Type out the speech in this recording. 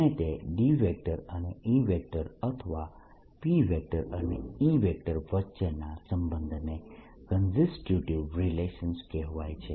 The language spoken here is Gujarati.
અને તે D અને E અથવા P અને E વચ્ચેના સંબંધને કન્સ્ટીટયુટીવ રિલેશન કહેવાય છે